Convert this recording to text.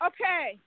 Okay